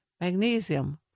magnesium